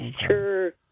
sure